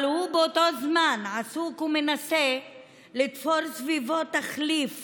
אבל באותו זמן הוא עסוק ומנסה לתפור סביבו תחליף